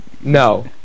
no